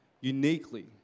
uniquely